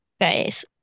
guys